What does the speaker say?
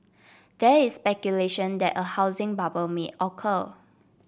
there is speculation that a housing bubble may occur